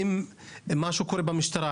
האם יש משהו שקורה במשטרה?